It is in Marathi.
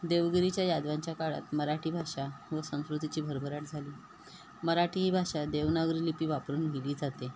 देवगिरीच्या यादवांच्या काळात मराठी भाषा व संस्कृतीची भरभराट झाली मराठी ही भाषा देवनागरी लिपी वापरून घेली जाते